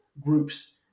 groups